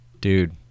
dude